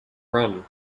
run